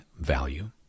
value